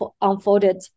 unfolded